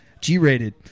G-rated